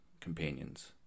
companions